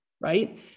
right